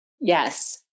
Yes